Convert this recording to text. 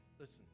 Listen